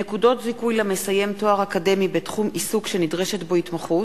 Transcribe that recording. (נקודות זיכוי למסיים תואר אקדמי בתחום עיסוק שנדרשת בו התמחות),